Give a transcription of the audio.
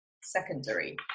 secondary